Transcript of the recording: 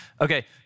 Okay